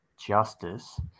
justice